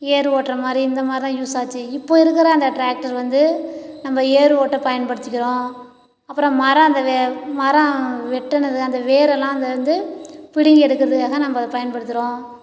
ஏர் ஓட்டுற மாதிரி இந்த மாதிரி தான் யூஸ் ஆச்சு இப்போ இருக்கிற அந்த டிராக்டர் வந்து நம்ப ஏர் ஓட்ட பயன்படுத்திக்கிறோம் அப்புறம் மரம் அந்த வே மரம் வெட்டுனது அந்த வேரெல்லாம் அந்த வந்து பிடுங்கி எடுக்கறதுக்காக நம்ப அதை பயன்படுத்துறோம்